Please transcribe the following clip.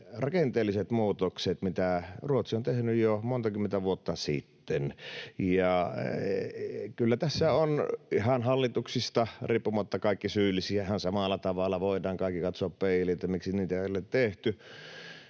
rakenteelliset muutokset, mitä Ruotsi on tehnyt jo monta kymmentä vuotta sitten. Kyllä tässä on ihan hallituksista riippumatta kaikki syyllisiä. Ihan samalla tavalla voidaan kaikki katsoa peiliin, että miksi niitä ei ole tehty,